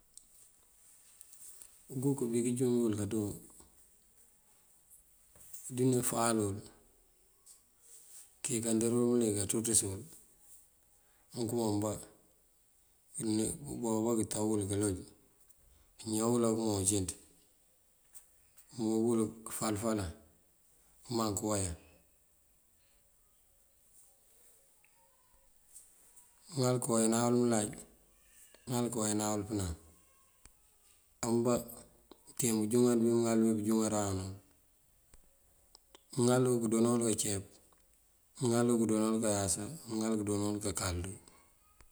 Uguk bí këjúŋ bí wul kado idune fáal wul këyënkandër wul mëlik kaţuţës wul. Amënkëma mëmbá këdune ubáwu bá këtaw wul këloj këñaw wul akëma ujënţ këmob wul këfal falan këmaŋ këwayan. Mëŋal këwayanan wul mëlaj, mëŋal këwayanan wul pënam. Á mëmbá këteen bëjúŋar bí mëŋal bí pëjúŋaran wul. Mëŋalu këdoona wul kaceep, mëŋalu këdoona wul kayasa, mëŋalu këdoona wul kakaldu.